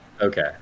Okay